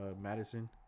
Madison